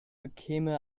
bekäme